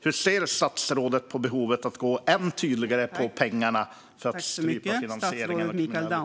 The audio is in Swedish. Hur ser statsrådet på behovet av att än tydligare gå på pengarna för att strypa finansieringen av kriminalitet?